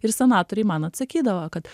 ir senatoriai man atsakydavo kad